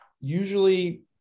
usually